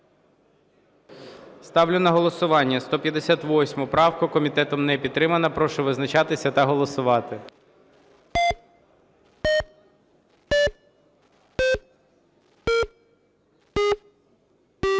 Ставлю на голосування 158 правку. Комітетом не підтримана. Прошу визначатися та голосувати.